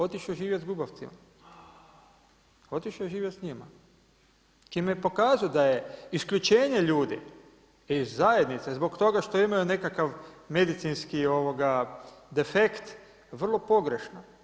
Otišao je živjeti s gubavcima, otišao je živjeti s njima čime je pokazao da je isključenje ljudi iz zajednice zbog toga što imaju nekakav medicinski defekt vrlo pogrešno.